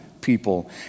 people